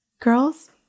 girls